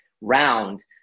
round